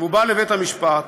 והוא בא לבית המשפט,